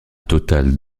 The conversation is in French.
total